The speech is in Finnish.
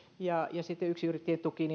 ja sitten yksinyrittäjien tuki